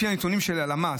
לפי הנתונים של הלמ"ס.